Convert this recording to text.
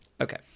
Okay